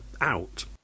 out